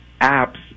apps